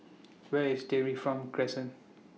Where IS Dairy Farm Crescent